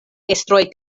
estroj